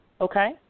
Okay